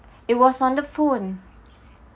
it was on the phone